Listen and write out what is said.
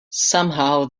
somehow